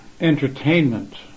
entertainment